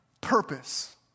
purpose